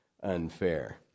unfair